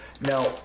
Now